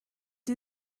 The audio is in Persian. این